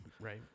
Right